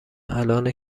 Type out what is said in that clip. الانه